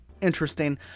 interesting